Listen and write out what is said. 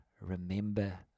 remember